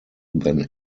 than